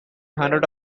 hundreds